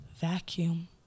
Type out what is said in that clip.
vacuum